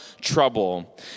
trouble